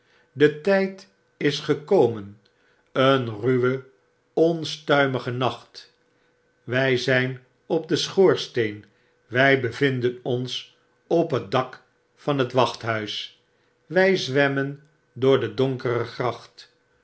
de tgd is gekomen een ruwe ontstuimige nacht wjj zijn op den schoorsteen wij bevinden ons op het dak van het wachthuis wjj zwemmen door de donkere gracht